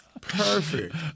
Perfect